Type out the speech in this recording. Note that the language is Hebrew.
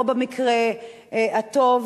או במקרה הטוב